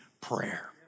prayer